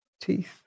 teeth